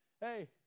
hey